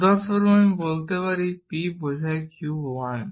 উদাহরণস্বরূপ আমি বলতে পারি p বোঝায় q 1